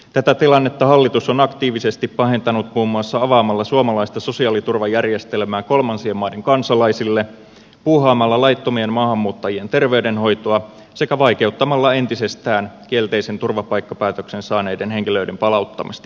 tätä tilannetta hallitus on aktiivisesti pahentanut muun muassa avaamalla suomalaista sosiaaliturvajärjestelmää kolmansien maiden kansalaisille puuhaamalla laittomien maahanmuuttajien terveydenhoitoa sekä vaikeuttamalla entisestään kielteisen turvapaikkapäätöksen saaneiden henkilöiden palauttamista kotimaihinsa